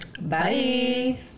Bye